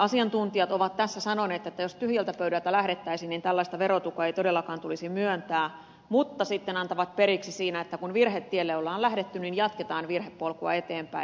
asiantuntijat ovat tässä sanoneet että jos tyhjältä pöydältä lähdettäisiin tällaista verotukea ei todellakaan tulisi myöntää mutta sitten antavat periksi siinä että kun virhetielle on lähdetty niin jatketaan virhepolkua eteenpäin